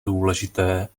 důležité